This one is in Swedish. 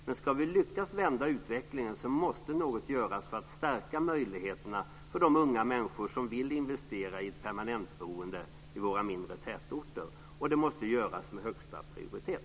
Men om vi ska lyckas vända utvecklingen måste något göras så att möjligheterna stärks för de unga människor som vill investera i ett permanentboende i våra mindre tätorter, och det måste göras med högsta prioritet.